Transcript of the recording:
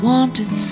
Wanted